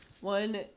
one